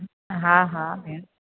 हा हा भेण